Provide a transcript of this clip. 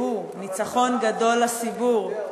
שהוא ניצחון גדול, סליחה שאני קוטע אותך.